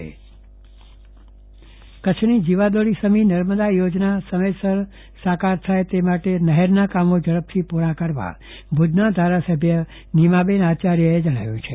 ચંદ્રવદન પટ્ટણી નર્મદા મુદ્દો કચ્છની જીવાદોરી સમી નર્મદા યોજના સમયસર સાકાર થાય તે માટે નહેરના કામો જડપથી પુરા કરતા ભુજના ધારાસભ્ય નીમાબેન આચાર્યએ જણાવ્યું છે